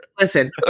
Listen